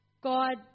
God